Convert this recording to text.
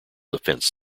defense